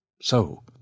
So